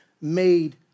made